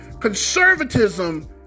Conservatism